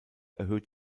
erhöht